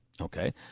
Okay